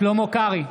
שלמה קרעי,